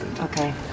Okay